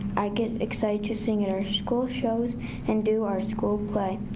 i get excited to sing at our school shows and do our school play.